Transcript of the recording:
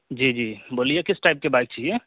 جی جی بولیے کس ٹائپ کی بائک چاہیے